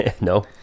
No